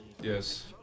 Yes